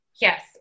Yes